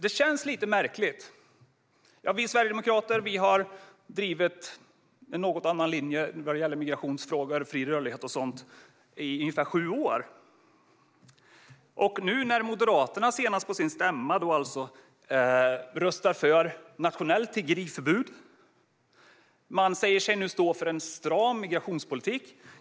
Det känns lite märkligt: Vi sverigedemokrater har drivit en något annan linje vad gäller migrationsfrågor, fri rörlighet och sådant i ungefär sju år. Nu senast röstade Moderaterna på sin stämma för ett nationellt tiggeriförbud, och man säger sig nu stå för en stram migrationspolitik.